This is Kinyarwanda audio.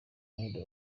made